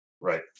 Right